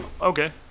Okay